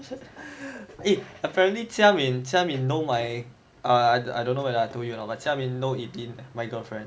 eh apparently jia min jia min know my err I don't know whether I told you or not but jia min know eileen my girlfriend